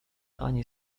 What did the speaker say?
ani